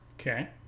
Okay